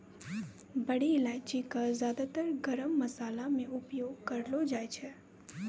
बड़ी इलायची कॅ ज्यादातर गरम मशाला मॅ उपयोग करलो जाय छै